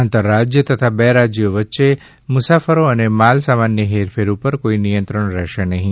આંતર રાજ્ય તથા બે રાજ્યો વચ્ચે મુસાફરો અને માલ સામાનની હેરફેર ઉપર કોઈ નિયંત્રણ રહેશે નહીં